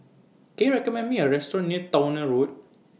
Can YOU recommend Me A Restaurant near Towner Road